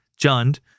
Jund